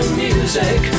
music